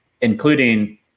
including